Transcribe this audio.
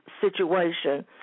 situation